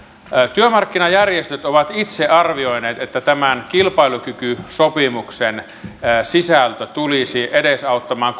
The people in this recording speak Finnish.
työmarkkinajärjestöt ovat itse arvioineet että tämän kilpailukykysopimuksen sisältö tulisi edesauttamaan